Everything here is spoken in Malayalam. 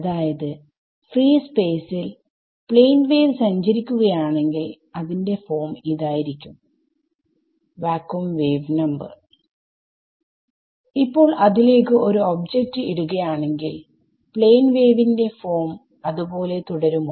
അതായത് ഫ്രീ സ്പേസിൽ പ്ലേൻ വേവ് സഞ്ചരിക്കുകയാണെങ്കിൽ അതിന്റെ ഫോം വാക്വമ് വേവ് നമ്പർ ഇപ്പോൾ ഇതിലേക്ക് ഒരു ഒബ്ജക്റ്റ് ഇടുകയാണെങ്കിൽ പ്ലേൻ വേവിന്റെ ഫോം അതെപോലെ തുടരുമോ